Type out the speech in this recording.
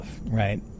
Right